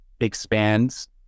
expands